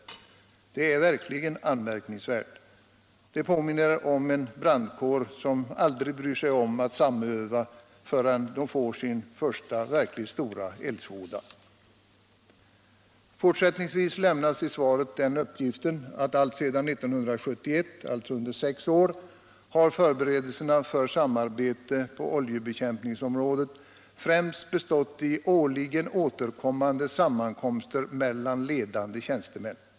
Det är verkligen anmärkningsvärt! Det påminner om en brandkår som inte bryr sig om att samöva förrän den får sin första verkligt stora eldsvåda. Fortsättningsvis lämnas i svaret den uppgiften att alltsedan år 1971 —- alltså under sex år — har förberedelserna för samarbete på oljebekämpningsområdet främst bestått i årligen återkommande sammankomster mellan ledande tjänstemän.